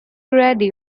ready